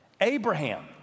Abraham